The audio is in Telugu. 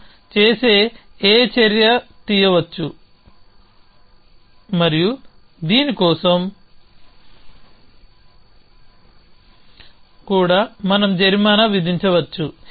మనం చేసే A చర్య తీయవచ్చు మరియు దీని కోసం కూడా మనం జరిమానా విధించవచ్చు